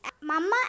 Mama